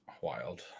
Wild